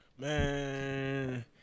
Man